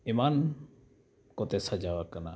ᱮᱢᱟᱱᱠᱚᱛᱮ ᱥᱟᱡᱟᱣ ᱟᱠᱟᱱᱟ